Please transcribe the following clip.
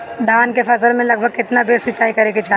धान के फसल मे लगभग केतना बेर सिचाई करे के चाही?